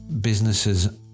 businesses